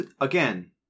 again